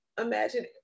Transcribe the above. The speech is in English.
imagine